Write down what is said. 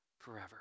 forever